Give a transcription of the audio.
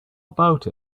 about